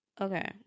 Okay